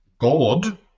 God